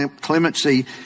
clemency